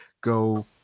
go